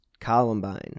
Columbine